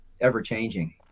ever-changing